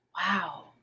Wow